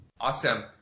Awesome